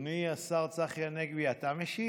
אדוני השר צחי הנגבי, אתה משיב?